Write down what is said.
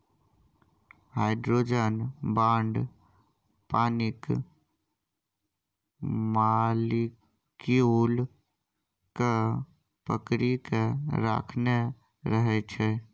hydrogen bond पानिक molecule केँ पकरि केँ राखने रहै छै